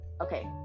okay